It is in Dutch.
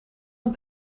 een